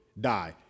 die